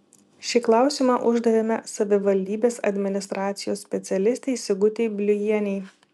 šį klausimą uždavėme savivaldybės administracijos specialistei sigutei bliujienei